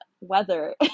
weather